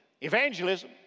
Evangelism